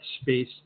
space